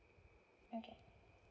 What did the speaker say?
okay